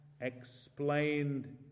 explained